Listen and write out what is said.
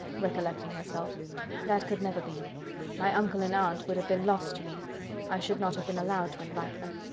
recollecting herself that could never be my uncle and aunt would have been lost to me i should not have been allowed to invite them.